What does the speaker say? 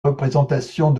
représentations